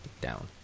Down